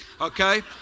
okay